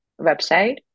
website